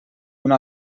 una